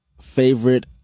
favorite